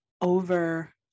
over